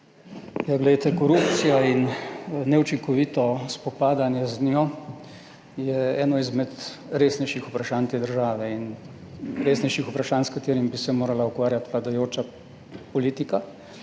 korupcija in neučinkovito spopadanje z njo je eno izmed resnejših vprašanj te države in resnejših vprašanj s katerim bi se morala ukvarjati vladajoča politika,